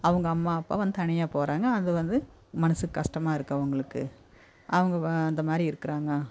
அவங்க அம்மா அப்பாவும் தனியாக போகறாங்க அது வந்து மனசுக்கு கஷ்டமா இருக்கு அவங்களுக்கு அவங்க வ அந்த மாதிரி இருக்கறாங்க